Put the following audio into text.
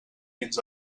fins